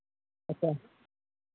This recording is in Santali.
ᱟᱪᱪᱷᱟ